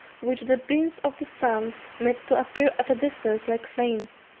which the beams of the sun made to appear at a distance like flames.